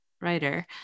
Writer